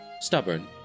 stubborn